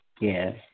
Yes